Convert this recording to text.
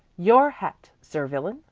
your hat, sir villain,